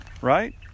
Right